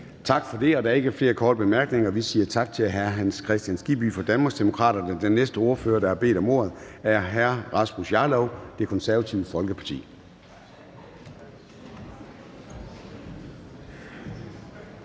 Tak for det. Der er ikke flere korte bemærkninger, og så siger vi tak til hr. Hans Kristian Skibby fra Danmarksdemokraterne. Den næste ordfører, der har bedt om ordet, er hr. Rasmus Jarlov, Det Konservative Folkeparti.